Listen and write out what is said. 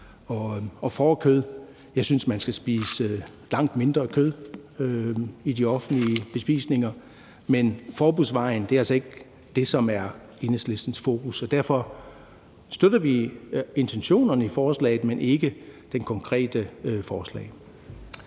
og fårekød. Jeg synes, man skal bruge langt mindre kød i de offentlige bespisninger, men forbudsvejen er altså ikke det, som er Enhedslistens fokus, og derfor støtter vi intentionerne i forslaget, men ikke det konkrete forslag.